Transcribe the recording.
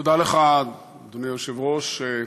תודה לך, אדוני היושב-ראש.